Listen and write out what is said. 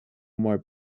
more